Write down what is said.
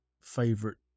favorite